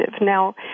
Now